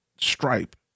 stripe